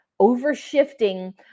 overshifting